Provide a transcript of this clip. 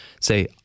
say